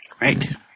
Right